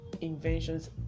inventions